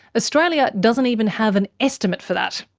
australia doesn't even have an estimate for that,